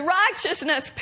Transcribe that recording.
righteousness